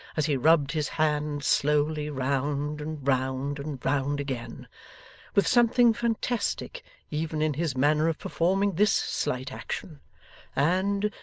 as he rubbed his hands slowly round, and round, and round again with something fantastic even in his manner of performing this slight action and,